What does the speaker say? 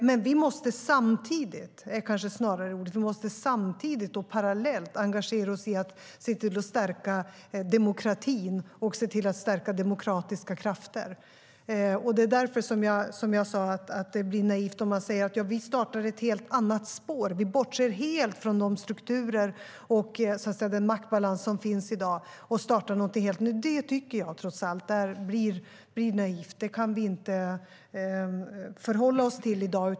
Men vi måste samtidigt - samtidigt är kanske snarare rätt ord - engagera oss parallellt för att stärka demokratin och demokratiska krafter. Det blir därför naivt att säga att vi ska starta ett helt annat spår, helt bortse från de strukturer och den maktbalans som finns i dag och starta något helt nytt. Det blir trots allt naivt. Det kan vi inte förhålla oss till i dag.